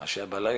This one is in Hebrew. ממה שהיה בלילה.